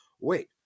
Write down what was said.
wait